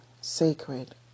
sacred